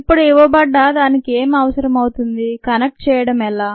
ఇప్పుడు ఇవ్వబడ్డ దానికి ఏమి అవసరం అవుతుంది కనెక్ట్ చేయడం ఎలా